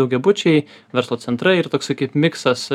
daugiabučiai verslo centrai ir toksai kaip miksas